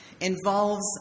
involves